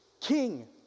king